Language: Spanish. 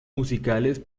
musicales